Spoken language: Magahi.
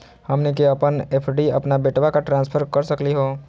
हमनी के अपन एफ.डी अपन बेटवा क ट्रांसफर कर सकली हो?